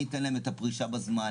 מי ייתן להם את הפרישה בזמן.